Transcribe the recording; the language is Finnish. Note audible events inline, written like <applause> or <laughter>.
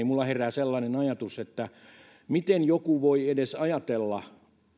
<unintelligible> minulla herää sellainen ajatus että miten joku voi edes ajatella